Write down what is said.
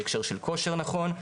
בהקשר של כושר נכון,